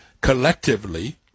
collectively